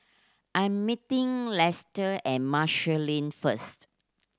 I'm meeting Lester at Marshall Lane first